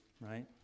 right